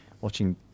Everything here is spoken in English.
watching